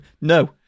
no